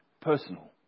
personal